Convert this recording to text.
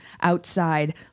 Outside